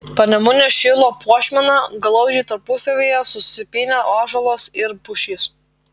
panemunės šilo puošmena glaudžiai tarpusavyje susipynę ąžuolas ir pušis